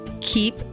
keep